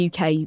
UK